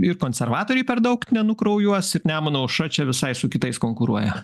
ir konservatoriai per daug nenukraujuos ir nemuno aušra čia visai su kitais konkuruoja